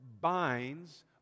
binds